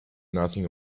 nothing